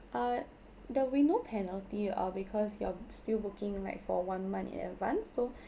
uh there will no penalty uh because you're still booking like for one month in advance so